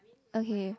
okay